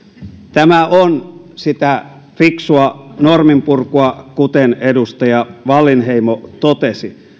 tämä on sitä fiksua norminpurkua kuten edustaja wallinheimo totesi